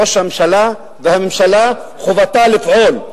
ראש הממשלה והממשלה חובתם לפעול,